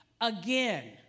again